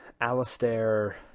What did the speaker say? alistair